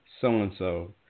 so-and-so